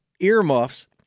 earmuffs